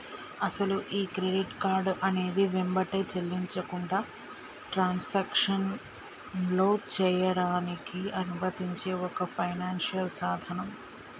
అసలు ఈ credit card అనేది వెంబటే చెల్లించకుండా ట్రాన్సాక్షన్లో చేయడానికి అనుమతించే ఒక ఫైనాన్షియల్ సాధనం